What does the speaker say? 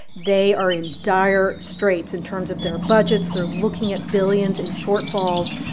they are in dire straits in terms of their budgets. they're looking at billions in shortfalls.